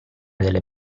delle